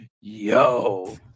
Yo